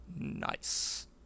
Nice